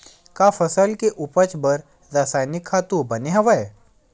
का फसल के उपज बर रासायनिक खातु बने हवय?